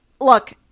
look